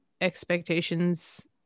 expectations